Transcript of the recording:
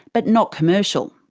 but not commercial.